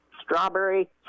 Strawberry